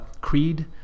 Creed